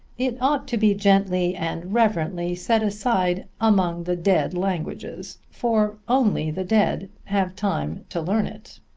it ought to be gently and reverently set aside among the dead languages, for only the dead have time to learn it.